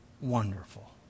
Wonderful